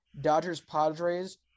Dodgers-Padres